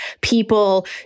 People